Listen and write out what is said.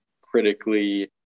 critically